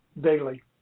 daily